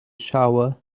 shower